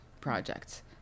projects